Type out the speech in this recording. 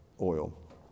oil